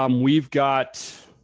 um we've got.